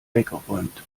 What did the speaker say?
weggeräumt